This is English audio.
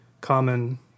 common